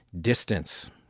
Distance